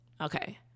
okay